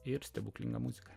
ir stebuklinga muzika